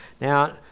Now